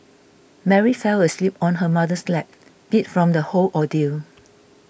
Mary fell asleep on her mother's lap beat from the whole ordeal